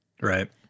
Right